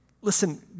Listen